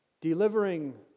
delivering